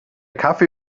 kaffee